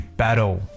battle 。